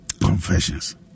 Confessions